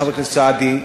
חבר הכנסת סעדי,